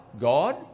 God